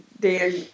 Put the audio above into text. Dan